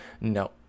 No